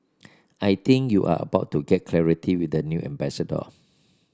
I think you are about to get clarity with the new ambassador